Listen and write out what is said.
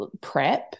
prep